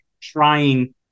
trying